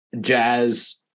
jazz